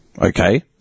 okay